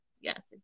yes